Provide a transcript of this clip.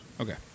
Okay